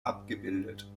abgebildet